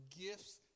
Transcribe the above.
gifts